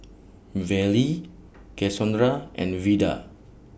Vallie Cassondra and Vida